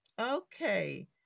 Okay